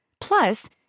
Plus